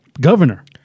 governor